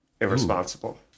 Irresponsible